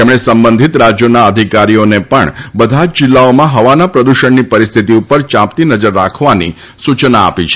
તેમણે સંબંધીત રાજ્યોના અધિકારીઓને પણ બધા જ જિલ્લાઓમાં હવાના પ્રદૂષણની પરિસ્થિતિ ઉપર યાંપતી નજર રાખવાની સૂચના આપી છે